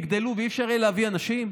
יגדלו ולא יהיה אפשר להביא אנשים?